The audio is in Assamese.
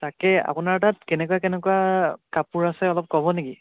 তাকে আপোনাৰ তাত কেনেকুৱা কেনেকুৱা কাপোৰ আছে অলপ ক'ব নেকি